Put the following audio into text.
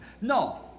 No